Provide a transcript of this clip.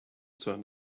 turned